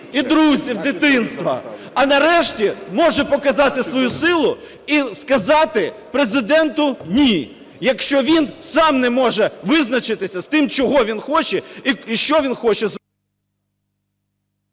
і друзів дитинства, а нарешті, може, показати свою силу і сказати Президенту "ні", якщо він сам не може визначитися з тим, чого він хоче і що він хоче…